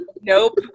nope